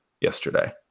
yesterday